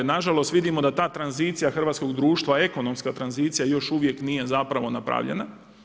Na žalost vidimo da ta tranzicija hrvatskog društva, ekonomska tranzicija još uvijek nije zapravo napravljena.